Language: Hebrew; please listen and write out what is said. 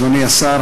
אדוני השר,